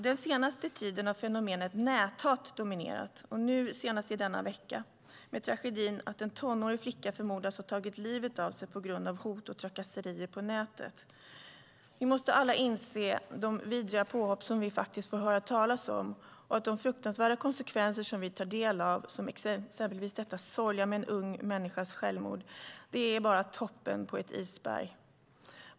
Den senaste tiden har fenomenet näthat dominerat, nu senast i denna vecka med tragedin att en tonårig flicka förmodas ha tagit livet av sig på grund av hot och trakasserier på nätet. Vi måste alla inse att de vidriga påhopp som vi faktiskt får höra talas om och de fruktansvärda konsekvenser som vi tar del av, som detta sorgliga med en ung människas självmord, bara är toppen på ett isberg.